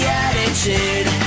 attitude